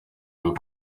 ivuga